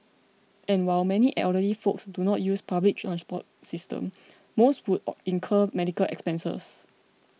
and while many elderly folks do not use the public transport system most would or incur medical expenses